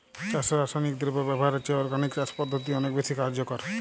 চাষে রাসায়নিক দ্রব্য ব্যবহারের চেয়ে অর্গানিক চাষ পদ্ধতি অনেক বেশি কার্যকর